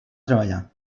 treballar